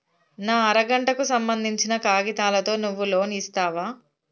నా అర గంటకు సంబందించిన కాగితాలతో నువ్వు లోన్ ఇస్తవా?